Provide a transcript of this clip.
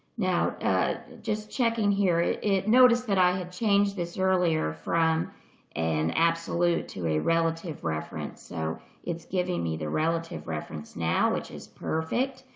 now just checking here. it it noticed that i had changed this earlier from an absolute to a relative reference, so it's giving me the relative reference now, which is perfect.